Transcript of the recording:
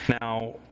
now